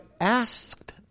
asked